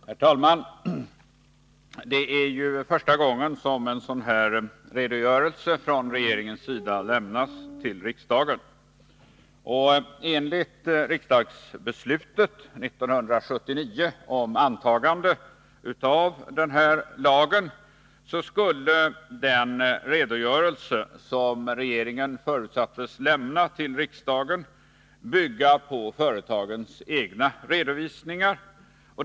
Herr talman! Det är ju första gången som en sådan här redogörelse från regeringens sida lämnas till riksdagen, och enligt riksdagsbeslutet 1979 om Sydafrikalagen skulle den redogörelse, som regeringen förutsattes lämna till riksdagen, bygga på företagens egna redovisningar.